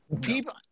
people